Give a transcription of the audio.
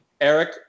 Eric